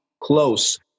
close